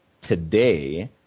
today